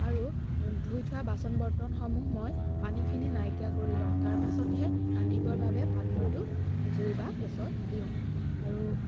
আৰু ধুই থোৱা বাচন বৰ্তনসমূহ মই পানীখিনি নাইকীয়া কৰি লওঁ তাৰ পাছতহে ৰান্ধিবৰ বাবে পাত্ৰটো জুই বা গেছত দিওঁ আৰু